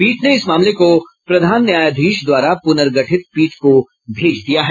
पीठ ने इस मामले को प्रधान न्यायाधीश द्वारा प्रनर्गठित पीठ को भेज दिया है